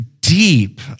deep